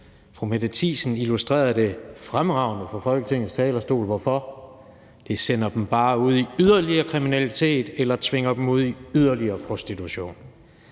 Fru Mette Thiesen illustrerede fremragende fra Folketingets talerstol hvorfor: Det sender dem bare ud i yderligere kriminalitet eller tvinger dem ud i yderligere prostitution.